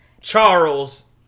Charles